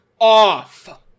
off